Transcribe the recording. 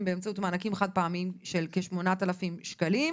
באמצעות מענקים חד פעמיים של כ-8,000 ₪.."